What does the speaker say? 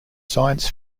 science